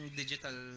digital